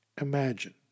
imagine